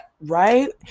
right